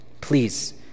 Please